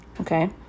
okay